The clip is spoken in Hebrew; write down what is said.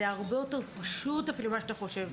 זה הרבה יותר פשוט אפילו ממה שאתה חושב.